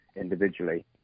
individually